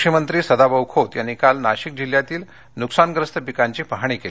कृषिमंत्री सदाभाऊ खोत यांनी काल नाशिक जिल्ह्यातील नुकसानग्रस्त पिकांची पाहणी केली